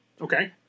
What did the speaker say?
Okay